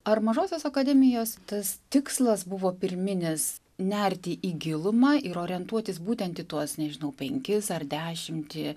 ar mažosios akademijos tas tikslas buvo pirminis nerti į gilumą ir orientuotis būtent į tuos nežinau penkis ar dešimtį